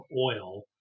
oil